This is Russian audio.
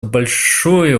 большое